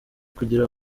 kugira